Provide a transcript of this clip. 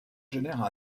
génère